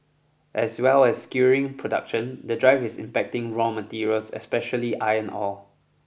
as well as skewering production the drive is impacting raw materials especially iron ore